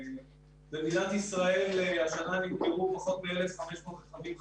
במדינת ישראל נמכרו השנה פחות מ-1,500 רכבים חשמליים,